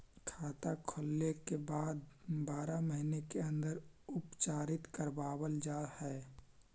खाता खोले के बाद बारह महिने के अंदर उपचारित करवावल जा है?